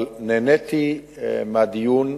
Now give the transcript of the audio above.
אבל נהניתי מהדיון.